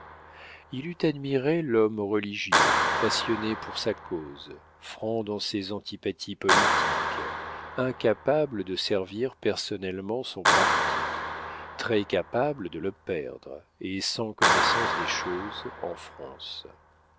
il eût admiré l'homme religieux passionné pour sa cause franc dans ses antipathies politiques incapable de servir personnellement son parti très-capable de le perdre et sans connaissance des choses en france